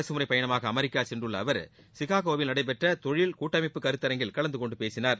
அரசு முறைப்பயணமாக அமெரிக்கா சென்றுள்ள அவர் சிக்காகோவில் நடைபெற்ற தொழில் கூட்டமைப்பு கருத்தரங்கில் கலந்துகொண்டு பேசினார்